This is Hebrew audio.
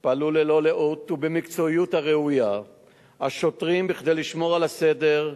השוטרים פעלו ללא לאות ובמקצועיות הראויה כדי לשמור על הסדר,